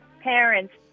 parents